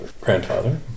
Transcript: grandfather